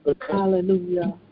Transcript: Hallelujah